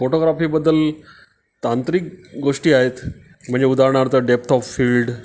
फोटोग्राफीबद्दल तांत्रिक गोष्टी आहेत म्हणजे उदाहरणार्थ डेप्थ ऑफ फील्ड